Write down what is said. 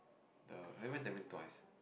ya I only went Tampines twice